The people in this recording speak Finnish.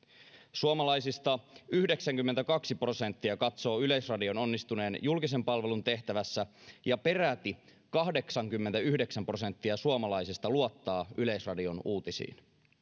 suomalaisista yhdeksänkymmentäkaksi prosenttia katsoo yleisradion onnistuneen julkisen palvelun tehtävässä ja peräti kahdeksankymmentäyhdeksän prosenttia suomalaisista luottaa yleisradion uutisiin